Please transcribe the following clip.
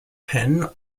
pen